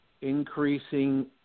increasing